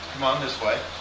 come on this way.